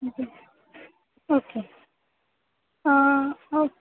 okay okay हो